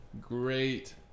great